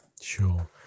Sure